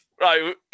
Right